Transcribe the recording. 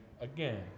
again